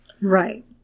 Right